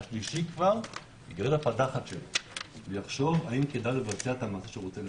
השלישי יחשוב האם כדאי לבצע את זה.